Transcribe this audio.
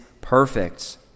perfect